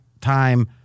time